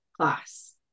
class